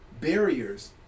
barriers